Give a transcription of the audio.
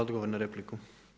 Odgovor na repliku.